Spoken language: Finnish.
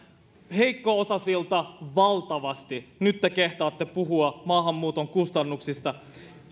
heikko osaisilta valtavasti nyt te kehtaatte puhua maahanmuuton kustannuksista